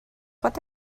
what